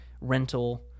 rental